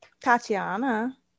Tatiana